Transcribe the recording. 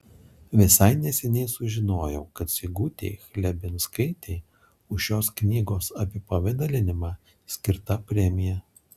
visai neseniai sužinojau kad sigutei chlebinskaitei už šios knygos apipavidalinimą skirta premija